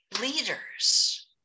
leaders